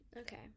okay